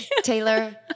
Taylor